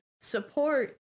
support